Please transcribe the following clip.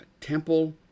temple